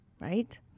right